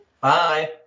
Bye